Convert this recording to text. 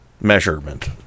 measurement